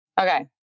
Okay